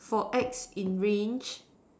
for X in range